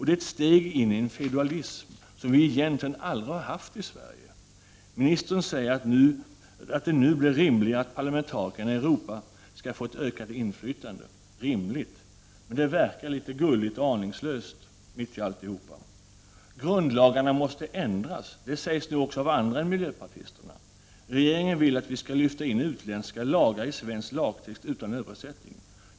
Det är ett steg in i en feodalism som vi egentligen aldrig har haft i Sverige. Ministern säger att det nu blir rimligare att parlamentarikerna i Europa skall få ett ökat inflytande. Rimligt? Men det verkar litet gulligt och aningslöst. Grundlagarna måste ändras. Det sägs nu också av andra än miljöpartisterna. Regeringen vill att vi skall lyfta in utländska lagar i svensk lagtext utan översättning.